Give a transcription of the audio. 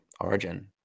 origin